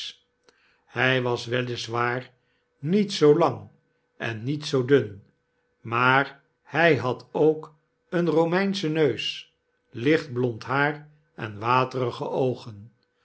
hy was wel is waar niet zoo lang en niet zoo dun maar hy had ook een romeinschen neus lichtblond haar en waterige oogen